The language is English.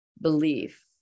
belief